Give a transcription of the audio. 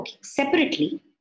Separately